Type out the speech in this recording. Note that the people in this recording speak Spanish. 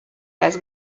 las